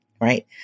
right